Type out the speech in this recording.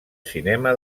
cinema